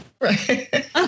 Right